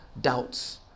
doubts